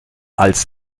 als